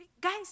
Guys